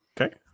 Okay